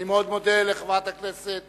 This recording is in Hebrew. אני מאוד מודה לחברת הכנסת